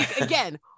Again